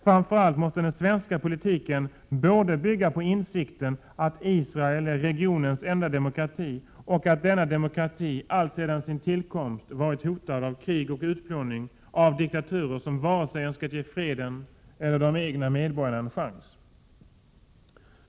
Framför allt måste den svenska politiken bygga på insikten både att Israel är regionens enda demokrati och att denna demokrati alltsedan sin tillkomst varit hotad av krig och utplåning av diktaturer, som inte önskat ge vare sig freden eller de egna medborgarna en chans.